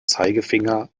zeigefinger